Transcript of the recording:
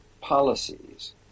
policies